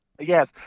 Yes